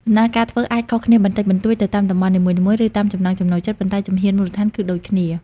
ដំណើរការធ្វើអាចខុសគ្នាបន្តិចបន្តួចទៅតាមតំបន់នីមួយៗ ឬតាមចំណង់ចំណូលចិត្ត ប៉ុន្តែជំហានមូលដ្ឋានគឺដូចគ្នា ។